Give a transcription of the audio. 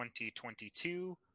2022